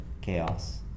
chaos